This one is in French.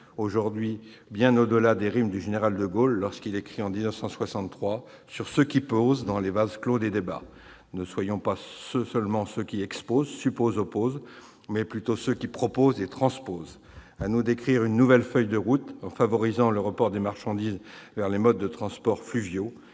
ère, bien au-delà des rimes du général de Gaulle lorsqu'il écrit en 1963 « sur ceux qui posent »:« Dans les vases clos des [...] débats, [ne soyons pas seulement] ceux qui exposent, [...] supposent, [...] opposent », mais plutôt « ceux qui proposent » et « transposent ». À nous d'écrire une nouvelle feuille de route en favorisant le report des marchandises vers le mode de transport fluvial,